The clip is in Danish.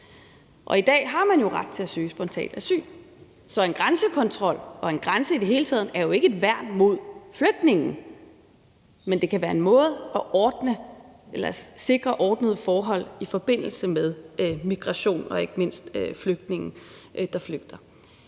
I dag har man jo ret til at søge spontant asyl, så en grænsekontrol og en grænse i det hele taget er jo ikke et værn mod flygtninge. Men det kan være en måde at sikre ordnede forhold på i forbindelse med migration og ikke mindst flygtninge, der flygter.